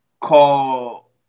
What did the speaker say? call